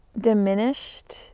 diminished